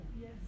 Yes